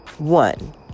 one